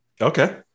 Okay